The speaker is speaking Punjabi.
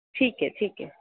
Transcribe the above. ਠੀਕ ਹੈ ਠੀਕ ਹੈ